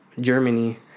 Germany